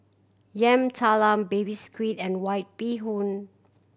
Yam Talam Baby Squid and White Bee Hoon